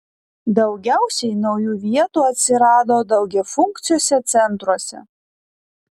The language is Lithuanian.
daugiausiai naujų vietų atsirado daugiafunkciuose centruose